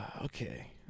Okay